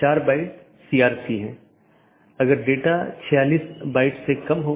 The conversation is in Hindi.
यह मूल रूप से स्केलेबिलिटी में समस्या पैदा करता है